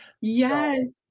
Yes